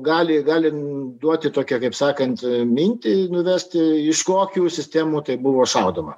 gali gali duoti tokią kaip sakant mintį nuvesti iš kokių sistemų tai buvo šaudoma